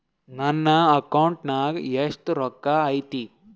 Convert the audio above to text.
ನನ್ನ ಅಕೌಂಟ್ ನಾಗ ಎಷ್ಟು ರೊಕ್ಕ ಐತಿ?